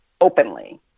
openly